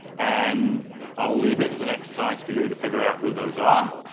and i'll leave it as an exercise for you to figure out who those are,